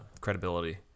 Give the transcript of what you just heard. credibility